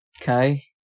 Okay